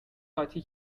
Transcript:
قاطی